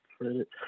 credit